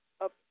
up